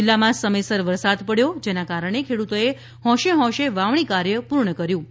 જિલ્લામાં સમયસર વરસાદ પડ્યો હતો જેના કારણે ખેડૂતોએ હોંશેહોંશે વાવણી કાર્ય પૂર્ણ કર્યું હતું